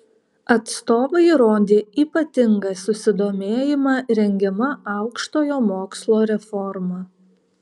atstovai rodė ypatingą susidomėjimą rengiama aukštojo mokslo reforma